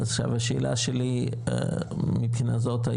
אז עכשיו השאלה שלי מבחינה זאת,